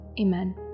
Amen